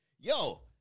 Yo